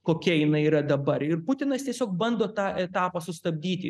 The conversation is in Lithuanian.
kokia jinai yra dabar ir putinas tiesiog bando tą etapą sustabdyti